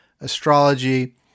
Astrology